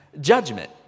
judgment